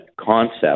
concept